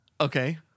Okay